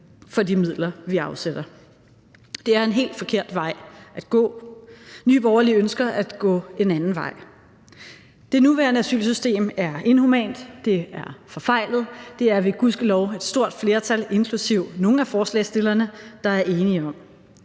for de midler, vi afsætter. Det er en helt forkert vej at gå. Nye Borgerlige ønsker at gå en anden vej. Det nuværende asylsystem er inhumant. Det er forfejlet. Det er vi gudskelov et stort flertal, inklusive nogle af forslagsstillerne, der er enige om.